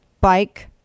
bike